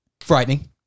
Frightening